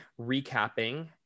recapping